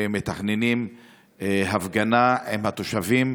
ואנחנו מתכננים הפגנה עם התושבים